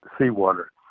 seawater